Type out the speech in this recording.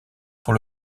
pour